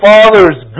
Father's